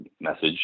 message